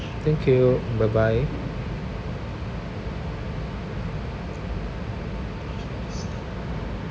thank you bye bye